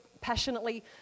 passionately